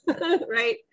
right